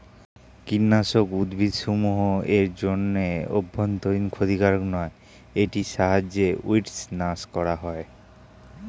কীটনাশক উদ্ভিদসমূহ এর জন্য অভ্যন্তরীন ক্ষতিকারক নয় এটির সাহায্যে উইড্স নাস করা হয়